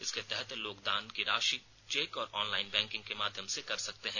इसके तहत लोग दान की राशि चेक और ऑनलाईन बैंकिंग के माध्यम से कर सकते हैं